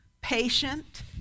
patient